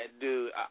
dude